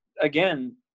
again